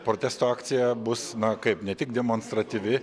protesto akcija bus na kaip ne tik demonstratyvi